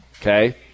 okay